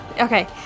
Okay